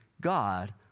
God